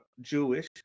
Jewish